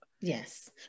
yes